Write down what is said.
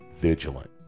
vigilant